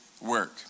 work